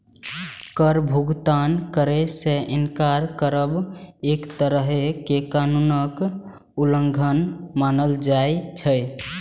कर भुगतान करै सं इनकार करब एक तरहें कर कानूनक उल्लंघन मानल जाइ छै